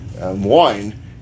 wine